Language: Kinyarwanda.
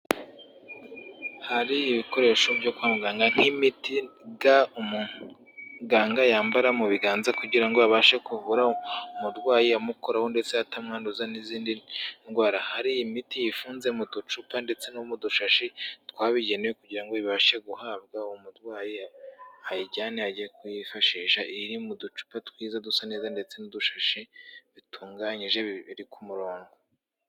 Hari ibikoresho byo kwa muganga, nk'imiti, ga umuganga yambara mu biganza kugira ngo abashe kuvura umurwayi amukoraho, ndetse atamwanduza, n'izindi ndwara, hari imiti ifunze mu ducupa, ndetse no mudushashi twabigenewe, kugira ngo ibashe guhabwa uwo murwayi, ayijyane ajye kuyifashisha, iri mu ducupa twiza dusa neza, ndetse n'udushashi bitunganyije biri ku murongo.